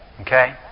Okay